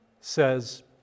says